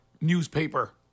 newspaper